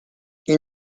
ils